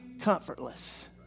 comfortless